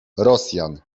rosjan